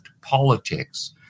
politics